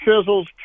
chisels